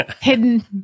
hidden